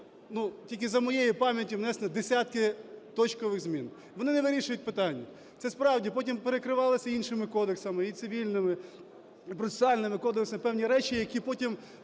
тільки за моєї пам'яті внесено десятки точкових змін. Вони не вирішують питання. Це, справді, потім перекривалося іншими кодексами, і цивільними, і процесуальними кодексами, певні речі, які потім